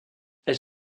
elle